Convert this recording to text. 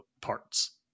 parts